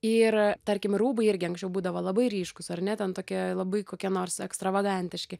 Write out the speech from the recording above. ir tarkim rūbai irgi anksčiau būdavo labai ryškūs ar ne ten tokie labai kokie nors ekstravagantiški